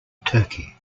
turkey